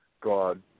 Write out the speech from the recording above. God